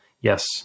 Yes